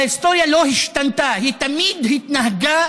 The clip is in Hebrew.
ההיסטוריה לא השתנתה, היא תמיד התנהגה